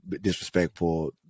disrespectful